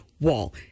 wall